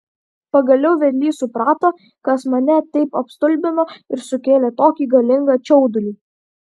pagaliau vedlys suprato kas mane taip apstulbino ir sukėlė tokį galingą čiaudulį